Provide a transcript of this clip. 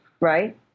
right